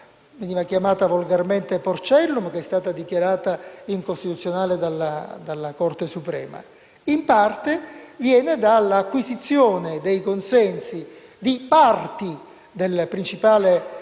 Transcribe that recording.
veniva chiamata volgarmente Porcellum e che è stata dichiarata incostituzionale. In parte, viene dall'acquisizione dei consensi di parti del principale partito